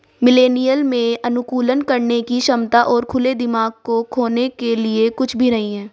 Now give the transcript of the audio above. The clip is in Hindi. मिलेनियल में अनुकूलन करने की क्षमता और खुले दिमाग को खोने के लिए कुछ भी नहीं है